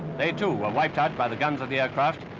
they, too, were wiped out by the guns of the aircraft.